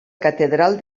catedral